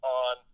on